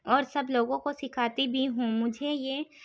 اور سب لوگوں کو سکھاتی بھی ہوں مجھے یہ